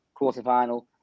quarterfinal